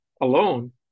alone